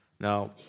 Now